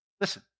Listen